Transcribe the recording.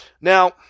Now